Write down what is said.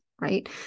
right